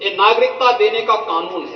यह नागरिकता देने का कानून है